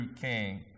king